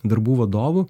darbų vadovu